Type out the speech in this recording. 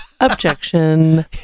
Objection